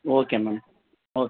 okay ma'am okay